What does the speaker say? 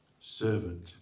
servant